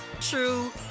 true